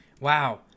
Wow